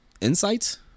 insights